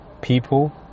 people